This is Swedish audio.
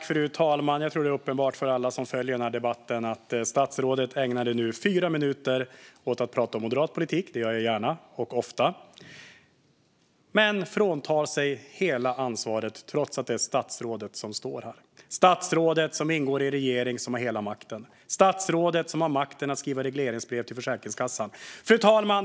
Fru talman! Jag tror att det är uppenbart för alla som följer den här debatten att statsrådet ägnade fyra minuter åt att prata om moderat politik. Det är något även jag gärna och ofta gör. Men statsrådet fråntar sig hela ansvaret, trots att han ingår i en regering som har hela makten. Det är statsrådet som har makten att skriva regleringsbrev till Försäkringskassan. Fru talman!